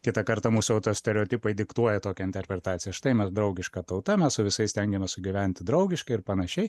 kitą kartą mūsų stereotipai diktuoja tokią interpretaciją štai mes draugiška tauta mes su visais stengiamės sugyventi draugiškai ir panašiai